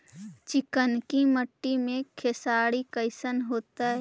चिकनकी मट्टी मे खेसारी कैसन होतै?